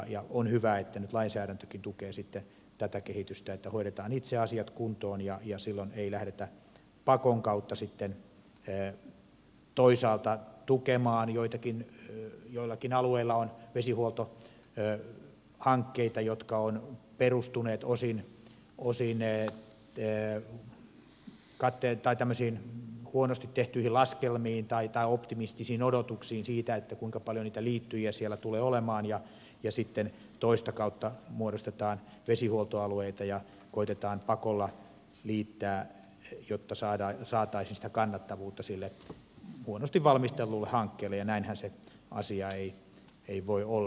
on hyvä että nyt lainsäädäntökin tukee tätä kehitystä että hoidetaan itse asiat kuntoon ja silloin ei lähdetä pakon kautta toisaalta tukemaan joitakin joillakin alueilla on vesihuoltohankkeita jotka ovat perustuneet osin tämmöisiin huonosti tehtyihin laskelmiin tai optimistisiin odotuksiin siitä että kuinka paljon niitä liittyjiä siellä tulee olemaan ja sitten toista kautta muodostetaan vesihuoltoalueita ja koetetaan pakolla liittää jotta saataisiin sitä kannattavuutta sille huonosti valmistellulle hankkeelle ja näinhän se asia ei voi olla